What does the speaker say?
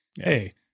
hey